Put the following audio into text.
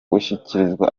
gushyikirizwa